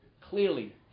clearly